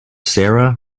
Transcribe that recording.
sara